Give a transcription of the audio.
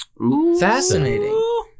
Fascinating